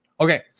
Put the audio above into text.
Okay